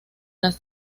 las